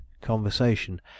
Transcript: conversation